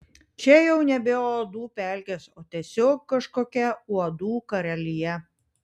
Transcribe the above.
čia jau nebe uodų pelkės o tiesiog kažkokia uodų karalija